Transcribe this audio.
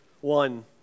One